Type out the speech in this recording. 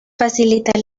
facilita